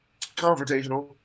confrontational